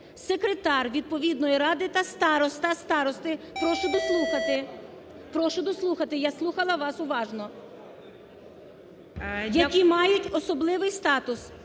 секретар відповідної ради та староста, старости – прошу дослухати, прошу дослухати, я слухала вас уважно! – які мають особливий статус.